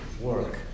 work